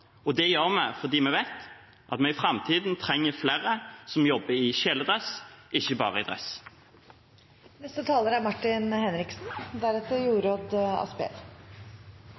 yrkesfag. Det gjør vi fordi vi vet at vi i framtiden trenger flere som jobber i kjeledress, ikke bare i dress. Det er